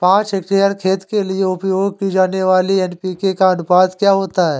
पाँच हेक्टेयर खेत के लिए उपयोग की जाने वाली एन.पी.के का अनुपात क्या होता है?